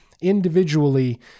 Individually